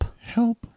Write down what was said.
Help